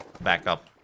backup